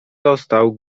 został